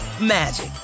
magic